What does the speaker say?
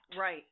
Right